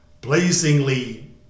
blazingly